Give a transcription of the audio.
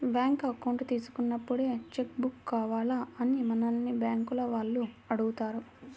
bank account తీసుకున్నప్పుడే cheque book కావాలా అని మనల్ని బ్యేంకుల వాళ్ళు అడుగుతారు